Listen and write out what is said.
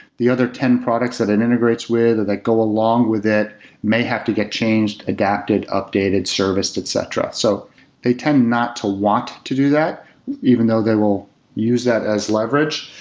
the other ten products that it integrates with that go along with it may have to get changed, adapted, updated service, etc. so they tend not to want to do that even though they will use that as leverage.